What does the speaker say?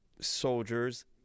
soldiers